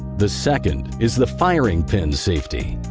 the second is the firing pin safety.